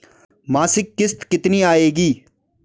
मासिक किश्त कितनी आएगी?